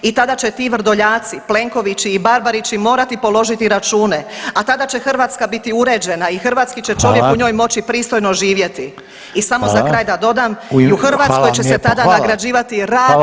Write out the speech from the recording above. I tada će ti Vrdoljaci, Plenkovići i Barbarići morati položiti račune, a tada će Hrvatska biti uređena i hrvatski će čovjek u njoj moći pristojno živjeti [[Upadica Reiner: Hvala.]] I samo za kraj da dodam i u Hrvatskoj će se tada nagrađivati rad